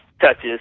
touches